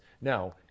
Now